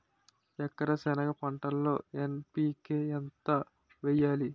ఎకర సెనగ పంటలో ఎన్.పి.కె ఎంత వేయాలి?